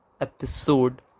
episode